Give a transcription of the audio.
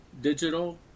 digital